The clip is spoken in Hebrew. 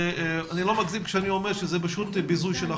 אני לא מגזים כשאני אומר שזה פשוט ביזוי החוק.